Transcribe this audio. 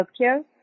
healthcare